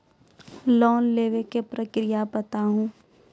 Loan लेवे के प्रक्रिया बताहू?